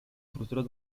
frustró